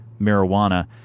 marijuana